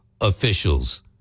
officials